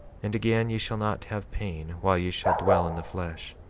and again, ye shall not have pain while ye shall dwell in the flesh,